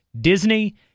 Disney